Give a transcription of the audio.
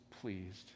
pleased